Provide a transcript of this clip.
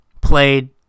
played